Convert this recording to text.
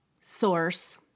source